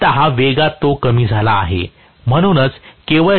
मूलत वेगात तो कमी झाला आहे